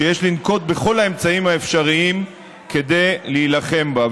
ויש לנקוט את כל האמצעים האפשריים כדי להילחם בה.